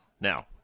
now